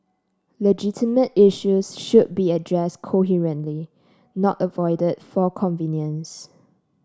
legitimate issues should be addressed coherently not avoided for convenience